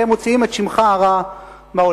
והם מוציאים את שמך הרע בעם.